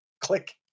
Click